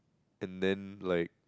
and then like